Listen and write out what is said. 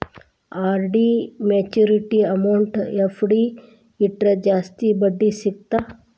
RD maturity amount FD ಇಟ್ರ ಜಾಸ್ತಿ ಬಡ್ಡಿ ಸಿಗತ್ತಾ